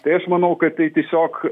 tai aš manau kad tai tiesiog